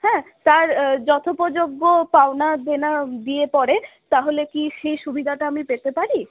হ্যাঁ তার যথোপযোগ্য পাওনা দেনা দিয়ে পরে তাহলে কি সেই সুবিধাটা আমি পেতে পারি